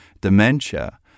dementia